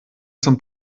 zum